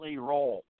roll